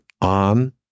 on